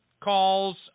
calls